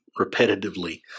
repetitively